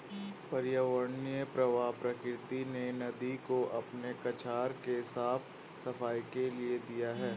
पर्यावरणीय प्रवाह प्रकृति ने नदी को अपने कछार के साफ़ सफाई के लिए दिया है